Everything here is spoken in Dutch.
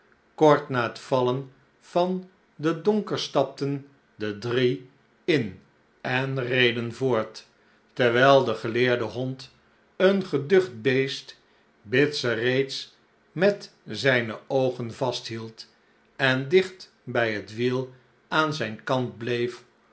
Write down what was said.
kort na het vallen van den donker stapten de drie in en reden voort terwijl de geleerde hond een geducht beest bitzer reeds met zijne oogen vasthield en dicht bij het wiel aan zijn kant bleef